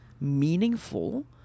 meaningful